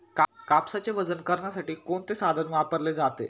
कापसाचे वजन करण्यासाठी कोणते साधन वापरले जाते?